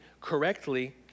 correctly